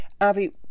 Avi